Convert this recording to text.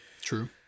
True